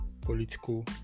political